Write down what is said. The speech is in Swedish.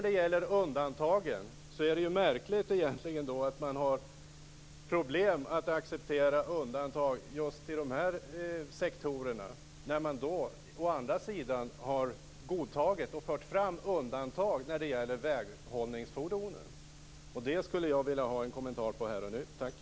Det är egentligen märkligt att man har problem att acceptera undantag just i denna sektor när man har accepterat undantag för väghållningsfordonen. Det skulle jag vilja ha en kommentar till.